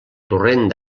torrent